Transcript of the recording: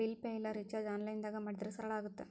bill pay ಇಲ್ಲಾ ರಿಚಾರ್ಜ್ನ ಆನ್ಲೈನ್ದಾಗ ಮಾಡಿದ್ರ ಸರಳ ಆಗತ್ತ